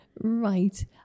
Right